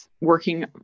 working